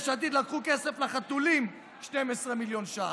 יש עתיד לקחו כסף לחתולים, 12 מיליון שקלים.